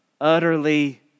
utterly